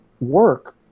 work